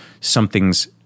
something's